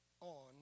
on